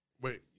wait